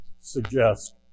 suggest